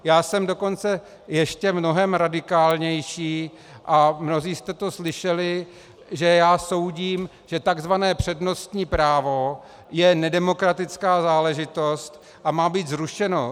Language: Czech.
Já jsem dokonce ještě mnohem radikálnější, a mnozí jste to slyšeli, že já soudím, že tzv. přednostní právo je nedemokratická záležitost a má být zrušeno.